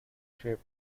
shape